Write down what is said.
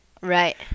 right